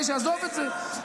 עזוב את זה.